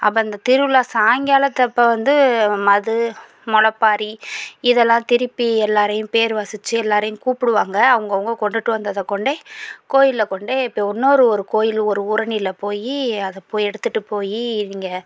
அப்போ அந்த திருவிழா சாயங்காலதப்போ வந்து மது முளைப்பாரி இதெல்லாம் திருப்பி எல்லோரையும் பேர் வாசித்து எல்லோரையும் கூப்பிடுவாங்க அவங்க அவங்க கொண்டுட்டு வந்ததைக் கொண்டே கோயிலில் கொண்டே இன்னொரு கோயில் ஒரு ஒரு ஊரணியில் போய் எடுத்துட்டு போய் இங்கே